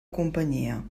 companyia